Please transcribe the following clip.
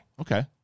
Okay